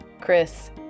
Chris